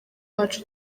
wacu